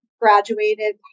graduated